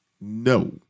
No